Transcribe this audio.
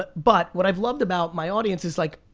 but but what i've loved about my audience is like